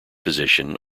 position